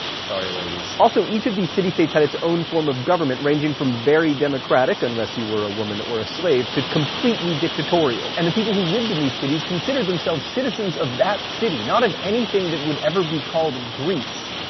sorry ladies. also, each of the city-states had its own form of government, ranging from very democratic unless you were a woman or a slave to completely dictatorial. and the people who lived in these cities considered themselves citizens of that city, not of anything that would ever be called greece.